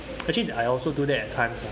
actually I also do that at times lah